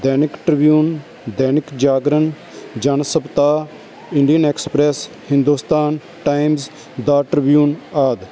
Dainik Tribune Dainik Jagran Jan Saptah Indian Express Hindustan Times the Tribune ਆਦਿ